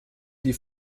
die